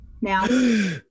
now